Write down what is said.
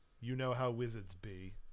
you-know-how-wizards-be